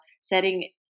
setting